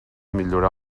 millorar